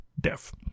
death